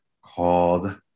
called